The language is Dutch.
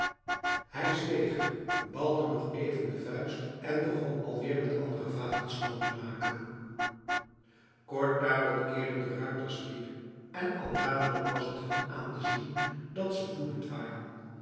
hij zweeg balde nog even de vuist en begon alweer met andere vaten schoon te maken kort daarop keerden de ruiters weer en al dadelijk was het hun aan te zien dat ze woedend waren